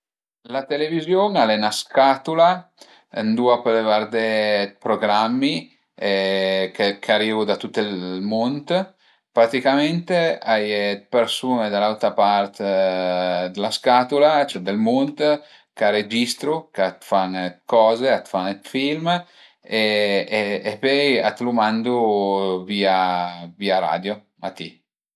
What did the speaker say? La televiziun al e 'na scatula ëndua pöle vardé dë programmi ch'arivu da tüt ël mund. Praticament a ie dë persun-e da l'autra part d'la scatula, cioè dël mund ch'a registru, ch'a fan dë coze, ch'a fan dë film e pöi a t'lu mandu via radio a ti